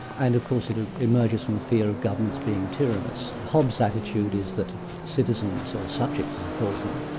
and of course it ah emerges from the ah fear of governments being tyrannous. hobbes' attitude is that citizens, or subjects as he calls them,